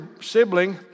sibling